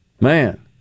Man